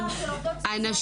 השכר של עובדות סוציאליות נמוך.